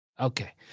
Okay